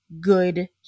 Good